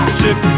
chip